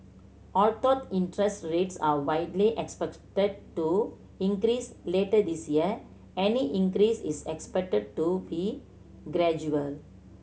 although interest rates are widely expected to increase later this year any increase is expected to be gradual